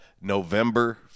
November